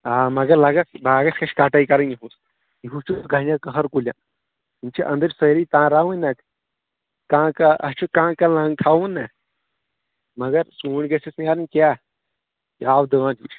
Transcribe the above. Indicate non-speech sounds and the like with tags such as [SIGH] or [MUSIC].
آ مَگر لَگس باغس کیٛاہ چھِ کَٹٲے کَرٕنۍ یِہُس یِہُس چھُ گَنٮ۪ر کَہَر کُلٮ۪ن یِم چھِ أندٕرۍ سٲری تَنراوٕنۍ [UNINTELLIGIBLE] کانٛہہ کانٛہہ اَسہِ چھُ کانہہ کانہہ لَنٛگ تھاوُن نہ مَگر ژوٗنٹھۍ گَژھٮ۪س نیرٕنۍ کیٛاہ [UNINTELLIGIBLE]